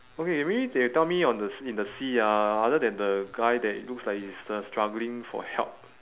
okay maybe they tell me on the s~ in the sea ah other than the guy that looks like he's uh struggling for help